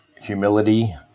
humility